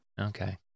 Okay